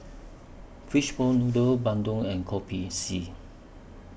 Fish Ball Noodles Bandung and Kopi C